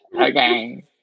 Okay